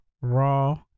raw